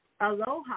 aloha